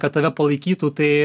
kad tave palaikytų tai